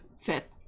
fifth